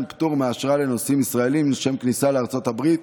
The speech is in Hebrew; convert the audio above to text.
פטור מאשרה לנוסעים ישראלים לשם כניסה לארצות הברית,